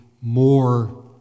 more